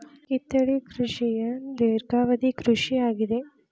ಕಿತ್ತಳೆ ಕೃಷಿಯ ಧೇರ್ಘವದಿ ಕೃಷಿ ಆಗಿದೆ